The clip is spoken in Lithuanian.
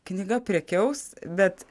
knyga prekiaus bet